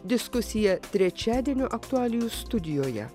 diskusija trečiadienio aktualijų studijoje